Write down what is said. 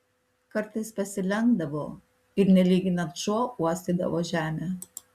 kartais pasilenkdavo ir nelyginant šuo uostydavo žemę